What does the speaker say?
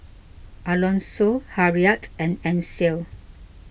Alonso Harriett and Ansel